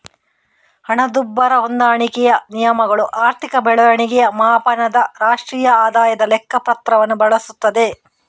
ಹಣದುಬ್ಬರ ಹೊಂದಾಣಿಕೆಯ ನಿಯಮಗಳು ಆರ್ಥಿಕ ಬೆಳವಣಿಗೆಯ ಮಾಪನದ ರಾಷ್ಟ್ರೀಯ ಆದಾಯದ ಲೆಕ್ಕ ಪತ್ರವನ್ನು ಬಳಸುತ್ತದೆ